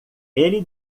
ele